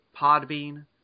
Podbean